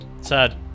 Sad